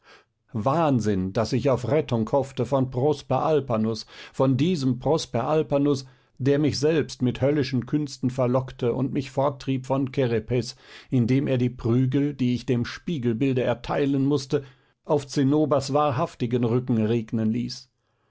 wahnsinn daß ich auf rettung hoffte von prosper alpanus von diesem prosper alpanus der mich selbst mit höllischen künsten verlockte und mich forttrieb von kerepes indem er die prügel die ich dem spiegelbilde erteilen mußte auf zinnobers wahrhaftigen rücken regnen ließ